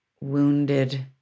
wounded